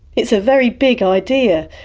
it's a very big idea,